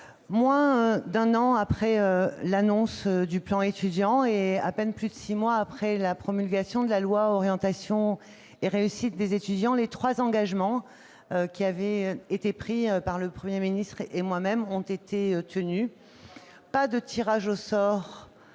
moins d'un an après l'annonce du plan Étudiants et à peine plus de six mois après la promulgation de la loi relative à l'orientation et à la réussite des étudiants, les trois engagements qui avaient été pris par le Premier ministre et moi-même ont été tenus. Ce n'est